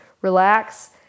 relax